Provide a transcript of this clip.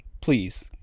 Please